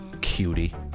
Cutie